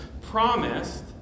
promised